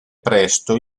presto